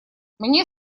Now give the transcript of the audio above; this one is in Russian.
мне